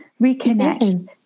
reconnect